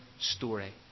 story